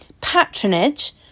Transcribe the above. Patronage